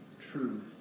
truth